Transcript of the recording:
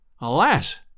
Alas